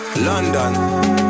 London